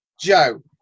Joe